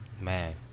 man